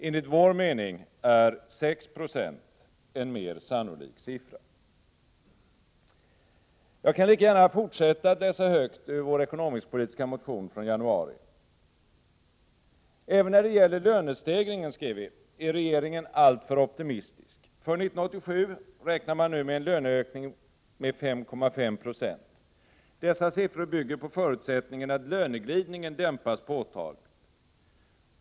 Enligt vår mening är 6 26 en mer sannolik siffra.” Jag kan lika gärna fortsätta att läsa högt ur vår ekonomisk-politiska motion från januari: ”Även när det gäller lönestegringen är regeringen alltför optimistisk. ——— För 1987 räknar regeringen nu med en löneökning med 5,5 J0.—- —— Dessa siffror bygger på förutsättningen att löneglidningen skulle dämpas påtagligt.